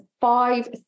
five